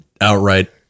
outright